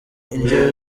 indyo